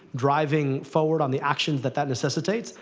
driving forward on the action that that necessitates,